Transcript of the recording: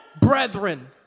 brethren